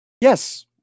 yes